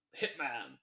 Hitman